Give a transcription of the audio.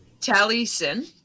Taliesin